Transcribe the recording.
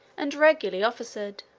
and regularly officered.